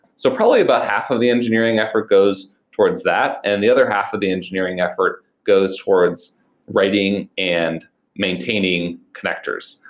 so probably about half of the engineering effort goes towards that, and the other half of the engineering effort goes towards writing and maintaining connectors.